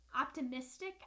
optimistic